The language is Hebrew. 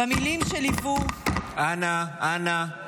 במילים שליוו --- אנא, אנא.